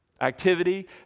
Activity